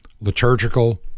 liturgical